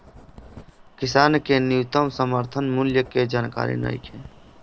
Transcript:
किसान के न्यूनतम समर्थन मूल्य के जानकारी नईखे